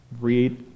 read